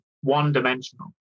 one-dimensional